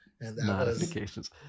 Notifications